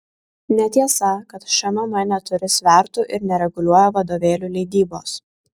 netiesa kad šmm neturi svertų ir nereguliuoja vadovėlių leidybos